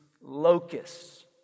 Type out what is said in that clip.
locusts